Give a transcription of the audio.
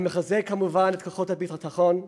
אני מחזק, כמובן, את כוחות הביטחון.